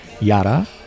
Yara